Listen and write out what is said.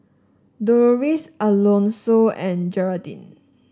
Doloris Alonso and Gearldine